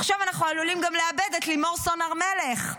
עכשיו אנחנו עלולים גם לאבד את לימור סון הר מלך.